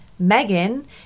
Megan